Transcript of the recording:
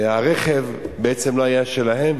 הרכב בעצם לא היה שלהם,